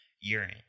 urine